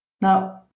Now